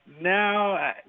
Now